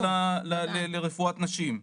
שזקוקות לרפואת נשים.